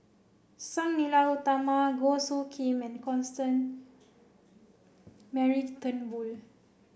Sang Nila Utama Goh Soo Khim and Constance Mary Turnbull